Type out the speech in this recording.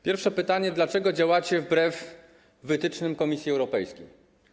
Pierwsze pytanie: Dlaczego działacie wbrew wytycznym Komisji Europejskiej?